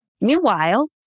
Meanwhile